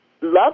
love